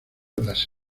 las